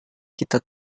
kita